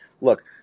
Look